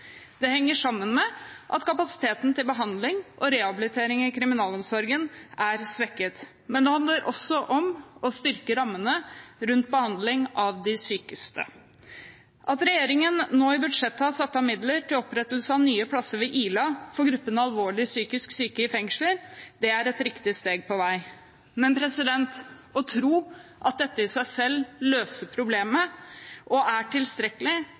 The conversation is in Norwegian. Det henger sammen med at kapasiteten til behandling og rehabilitering i kriminalomsorgen er svekket, men det handler også om å styrke rammene rundt behandling av de sykeste. At regjeringen nå i budsjettet har satt av midler til opprettelse av nye plasser ved Ila for gruppen alvorlig psykisk syke i fengsler, er et riktig steg på vei. Men å tro at dette i seg selv løser problemet og er tilstrekkelig,